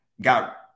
got